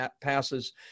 passes